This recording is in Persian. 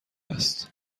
است